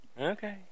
Okay